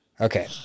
Okay